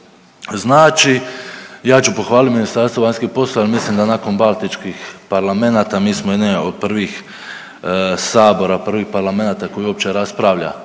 znači. Ja ću pohvaliti Ministarstvo vanjskih poslova jer mislim da nakon baltičkih parlamenata, mi smo jedna od prvih sabora, prvih parlamenata koji uopće raspravlja